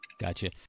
Gotcha